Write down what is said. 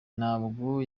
ntabwo